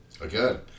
again